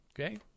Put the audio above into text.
Okay